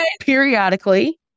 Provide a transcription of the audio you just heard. periodically